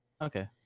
okay